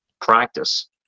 practice